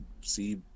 see